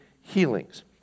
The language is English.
healings